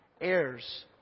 Heirs